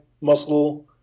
muscle